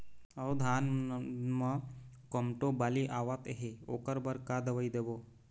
अऊ धान म कोमटो बाली आवत हे ओकर बर का दवई देबो?